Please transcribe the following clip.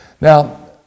Now